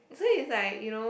so it's like you know